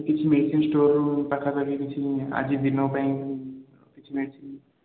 କିଛି ମେଡ଼ିସିନ ଷ୍ଟୋରରୁ ପାଖାପାଖି କିଛି ଆଜି ଦିନ ପାଇଁ କିଛି ମେଡ଼ିସିନ୍